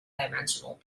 dimensional